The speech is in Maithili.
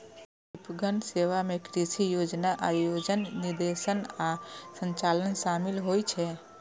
कृषि विपणन सेवा मे कृषि योजना, आयोजन, निर्देशन आ संचालन शामिल होइ छै